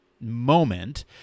moment